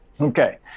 Okay